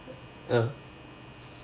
ah